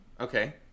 okay